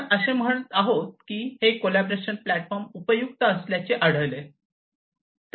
आपण असे म्हणत आहोत की हे कॉलॅबोरेशन प्लॅटफॉर्म उपयुक्त असल्याचे आढळले